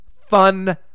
Fun